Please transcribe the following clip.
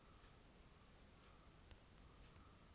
ಬೇಸಾಯ ಮಾಡಲಿಕ್ಕೆ ಯಾವ ಯಾವ ಹೊಸ ಯಂತ್ರಗಳು ಸಿಗುತ್ತವೆ?